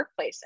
workplaces